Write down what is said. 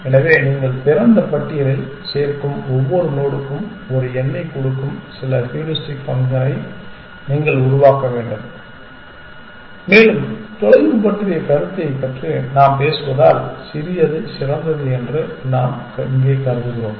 எனவே நீங்கள் திறந்த பட்டியலில் சேர்க்கும் ஒவ்வொரு நோடுக்கும் ஒரு எண்ணைக் கொடுக்கும் சில ஹூரிஸ்டிக் ஃபங்க்ஷனை நீங்கள் உருவாக்க வேண்டும் மேலும் தொலைவு பற்றிய கருத்தைப் பற்றி நாம் பேசுவதால் சிறியது சிறந்தது என்று நாம் இங்கே கருதுகிறோம்